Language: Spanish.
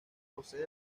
posee